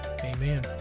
amen